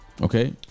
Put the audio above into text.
Okay